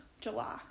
July